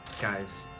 guy's